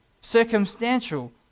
circumstantial